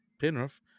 Penrith